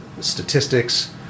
statistics